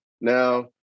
now